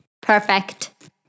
Perfect